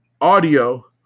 audio